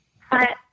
Hi